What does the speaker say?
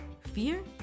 Fear